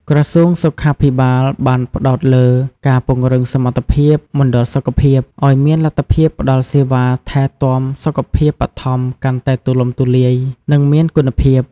ក្រសួងសុខាភិបាលបានផ្តោតលើ ការពង្រឹងសមត្ថភាពមណ្ឌលសុខភាព ឱ្យមានលទ្ធភាពផ្តល់សេវាថែទាំសុខភាពបឋមកាន់តែទូលំទូលាយ និងមានគុណភាព។